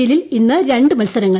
എല്ലിൽ ഇന്ന് രണ്ട് മത്സരങ്ങൾ